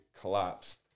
collapsed